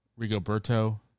Rigoberto